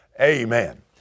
Amen